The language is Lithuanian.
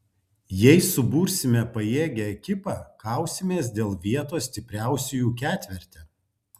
jei subursime pajėgią ekipą kausimės dėl vietos stipriausiųjų ketverte